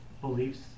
beliefs